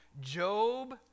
Job